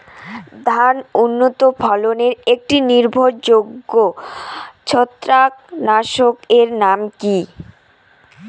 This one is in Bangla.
ধান উন্নত ফলনে একটি নির্ভরযোগ্য ছত্রাকনাশক এর নাম কি?